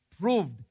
proved